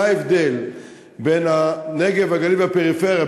מה ההבדל בין הנגב והגליל לפריפריה?